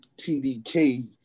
tdk